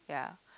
ya